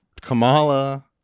Kamala